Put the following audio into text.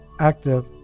active